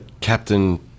Captain